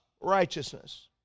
righteousness